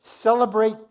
Celebrate